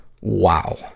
Wow